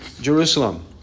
Jerusalem